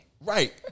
right